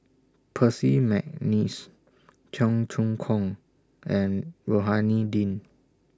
Percy Mcneice Cheong Choong Kong and Rohani Din